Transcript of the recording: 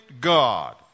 God